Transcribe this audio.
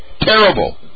Terrible